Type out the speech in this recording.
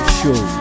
show